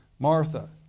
Martha